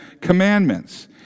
Commandments